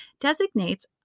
designates